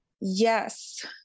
Yes